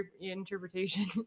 interpretation